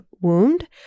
wound